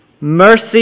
Mercy